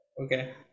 Okay